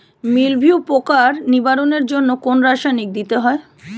মিলভিউ পোকার নিবারণের জন্য কোন রাসায়নিক দিতে হয়?